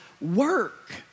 work